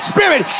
Spirit